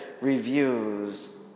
reviews